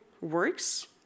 works